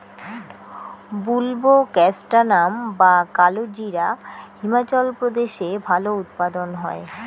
বুলবোকাস্ট্যানাম বা কালোজিরা হিমাচল প্রদেশে ভালো উৎপাদন হয়